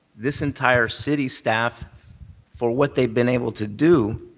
this entire city staff for what they've been able to do